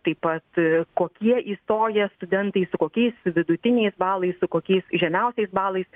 taip pat e kokie įstoja studentai su kokiais vidutiniais balais su kokiais žemiausiais balais